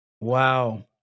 Wow